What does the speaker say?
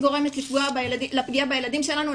היא גורמת לפגיעה בילדים שלנו,